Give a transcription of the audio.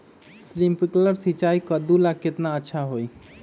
Sprinkler सिंचाई कददु ला केतना अच्छा होई?